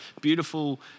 beautiful